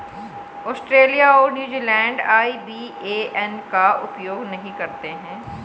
Australia और New Zealand IBAN का उपयोग नहीं करते हैं